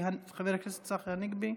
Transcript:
חבר הכנסת צחי הנגבי,